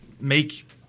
Make